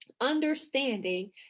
understanding